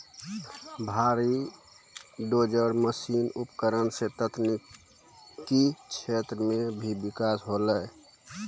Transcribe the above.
भारी dozer machine उपकरण सें तकनीकी क्षेत्र म भी बिकास होलय